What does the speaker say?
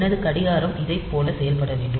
எனது கடிகாரம் இதைப் போல செயல் படவேண்டும்